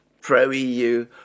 pro-EU